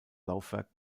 laufwerk